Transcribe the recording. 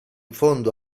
fondo